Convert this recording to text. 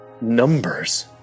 numbers